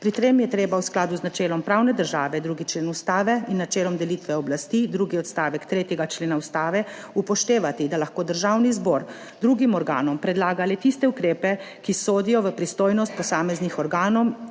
Pri tem je treba v skladu z načelom pravne države, 2. člen Ustave in načelom delitve oblasti, drugi odstavek 3. člena Ustave, upoštevati da lahko Državni zbor drugim organom predlaga le tiste ukrepe, ki sodijo v pristojnost posameznih organov